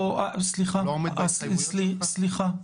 אתה לא עומד בהתחייבות --- סליחה,